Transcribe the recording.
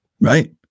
Right